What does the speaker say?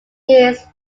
his